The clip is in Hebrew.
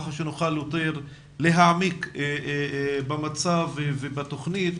ככה שנוכל יותר להעמיק במצב ובתוכנית,